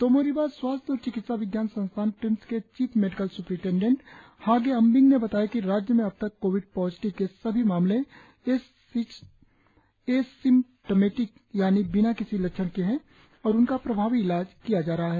तोमो रिबा स्वास्थ्य एवं चिकित्सा विज्ञान संस्थान ट्रिम्स के chief medical superintendent Hage Ambing ने बताया कि राज्य में अबतक कोविड पॉजिटिव के सभी मामले एसिम्टमेटिक यानि बिना किसी लक्षण के है और उनका प्रभावी इलाज किया जा रहा है